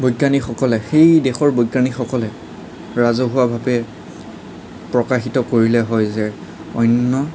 বৈজ্ঞানিকসকলে সেই দেশৰ বৈজ্ঞানিকসকলে ৰাজহুৱাভাৱে প্ৰকাশিত কৰিলে হয় যে অন্য